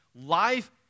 life